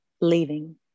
leaving